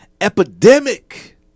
epidemic